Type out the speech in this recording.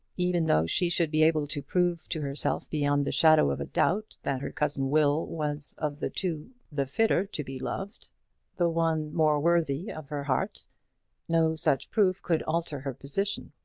even though she should be able to prove to herself beyond the shadow of a doubt that her cousin will was of the two the fitter to be loved the one more worthy of her heart no such proof could alter her position.